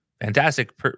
fantastic